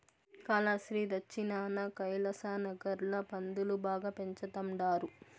కాలాస్త్రి దచ్చినాన కైలాసనగర్ ల పందులు బాగా పెంచతండారు